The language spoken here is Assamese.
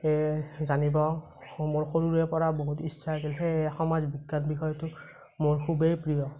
জানিব মোৰ সৰুৰে পৰা বহুত ইচ্ছা আছিল সেয়ে সমাজ বিজ্ঞান বিষয়টো মোৰ খুবেই প্ৰিয়